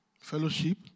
fellowship